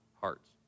hearts